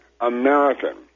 American